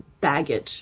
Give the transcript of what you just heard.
baggage